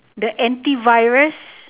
the antivirus